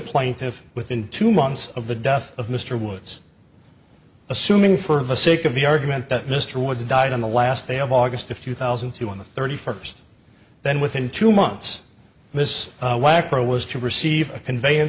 plaintiff within two months of the death of mr wood's assuming for the sake of the argument that mr wood's died on the last day of august of two thousand and two on the thirty first then within two months miss wacko was to receive a convey